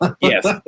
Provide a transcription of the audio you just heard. Yes